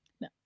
No